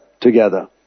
together